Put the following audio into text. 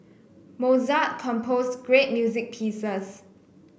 Mozart composed great music pieces